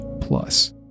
plus